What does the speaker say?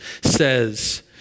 says